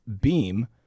beam